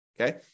Okay